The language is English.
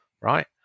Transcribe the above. right